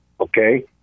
okay